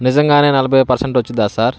నిజంగానే నలభై పర్సెంట్ వచ్చుద్ధా సార్